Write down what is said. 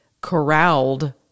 corralled